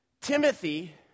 Timothy